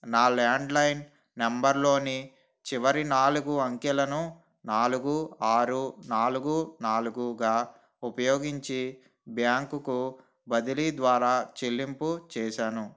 నా ల్యాండ్లైన్ నంబర్లోని చివరి నాలుగు అంకెలను నాలుగు ఆరు నాలుగు నాలుగుగా ఉపయోగించి బ్యాంకు బదిలీ ద్వారా చెల్లింపు చేసాను